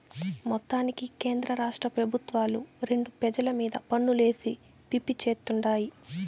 మొత్తానికి కేంద్రరాష్ట్ర పెబుత్వాలు రెండు పెజల మీద పన్నులేసి పిప్పి చేత్తుండాయి